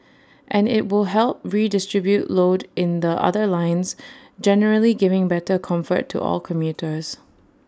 and IT will help redistribute load in the other lines generally giving better comfort to all commuters